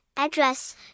address